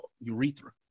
urethra